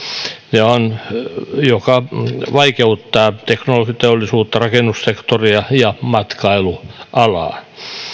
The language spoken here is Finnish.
mikä vaikeuttaa teknologiateollisuutta rakennussektoria ja matkailualaa